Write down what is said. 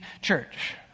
church